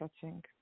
touching